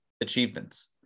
achievements